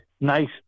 nice